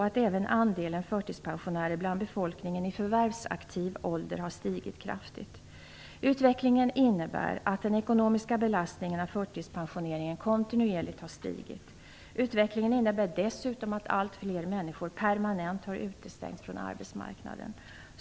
Andelen förtidspensionärer bland befolkningen i förvärvsaktiv ålder har också stigit kraftigt. Utvecklingen innebär att den ekonomiska belastningen av förtidspensioneringen har stigit kontinuerligt. Utvecklingen innebär dessutom att allt fler permanent har utestängts från arbetsmarknaden.